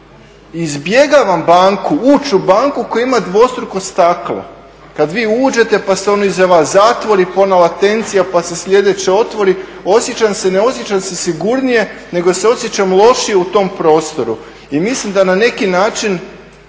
Izbjegavam banku, ući u banku koja ima dvostruko staklo, kad vi uđete pa se ono iza vas zatvori, pa …/Govornik se ne razumije./… pa se sljedeće otvori. Osjećam se, ne osjećam se sigurnije, nego se osjećam lošije u tom prostoru. I mislim da na neki način